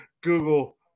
Google